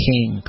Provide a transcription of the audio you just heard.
King